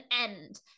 end